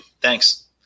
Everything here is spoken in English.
Thanks